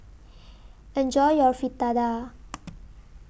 Enjoy your Fritada